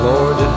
Lord